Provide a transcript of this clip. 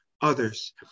others